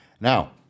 Now